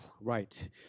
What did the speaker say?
Right